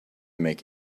make